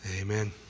Amen